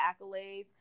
accolades